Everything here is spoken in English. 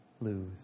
lose